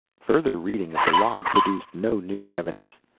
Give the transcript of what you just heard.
further reading of the log produced no new evidence.